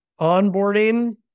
onboarding